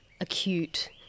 acute